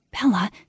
Bella